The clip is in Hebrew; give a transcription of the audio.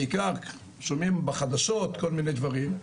בעיקר שומעים בחדשות כל מיני דברים,